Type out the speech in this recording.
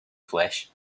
flesh